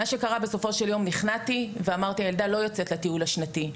מה שקרה בסופו של יום זה שנכנעתי ואמרתי הילדה לא יוצאת לטיול השנתי.